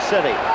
City